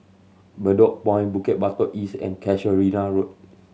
Bedok Point Bukit Batok East and Casuarina Road